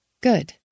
Good